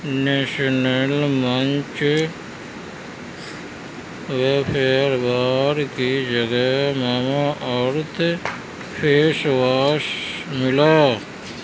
national Munch wafer bar کی جگہ Mamaearth face wash ملا